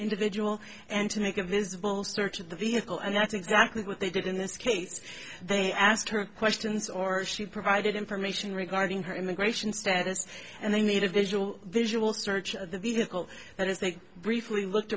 individual and to make a visible search of the vehicle and that's exactly what they did in this case they asked her questions or she provided information regarding her immigration status and they made a visual visual search of the vehicle that is they briefly looked